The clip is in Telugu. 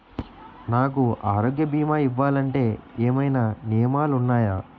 నాకు ఆరోగ్య భీమా ఇవ్వాలంటే ఏమైనా నియమాలు వున్నాయా?